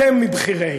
אתם "מבכירי".